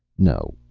no,